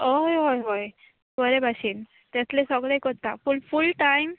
होय होय होय बरे भाशेन तेतले सगळे कोत्ता पूण फूल टायम